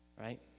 right